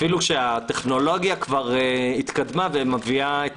אפילו שהטכנולוגיה כבר התקדמה והביאה את